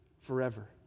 forever